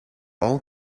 all